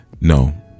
no